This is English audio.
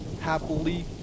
happily